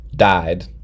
died